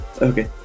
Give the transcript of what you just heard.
Okay